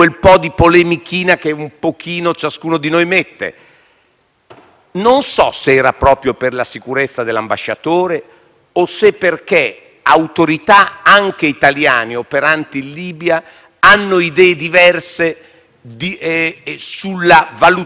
accaduto era dovuto alla sicurezza dell'ambasciatore o al fatto che autorità anche italiane operanti in Libia hanno idee diverse rispetto alla valutazione che l'ambasciatore faceva in ordine alla situazione libica.